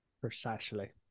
Precisely